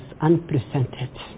unprecedented